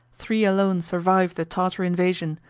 three alone survived the tartar invasion,